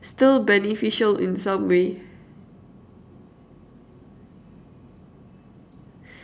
still beneficial in some way